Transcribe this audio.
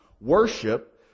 worship